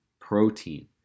protein